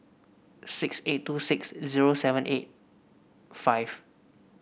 six eight two six zero seven eight five